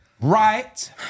right